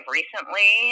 recently